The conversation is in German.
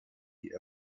die